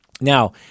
Now